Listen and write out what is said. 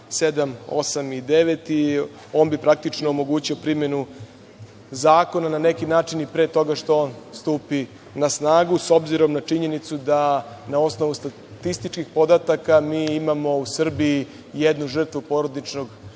7, 8. i 9. On bi praktično omogućio primenu zakona na neki način i pre toga što on stupi na snagu, s obzirom na činjenicu da na osnovu statističkih podataka mi imamo u Srbiji jednu žrtvu porodičnog